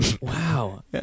Wow